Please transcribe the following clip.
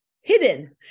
hidden